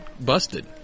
busted